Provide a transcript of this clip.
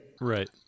Right